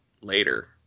later